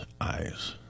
Eyes